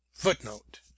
Footnote